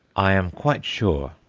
i am quite sure,